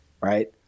right